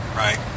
right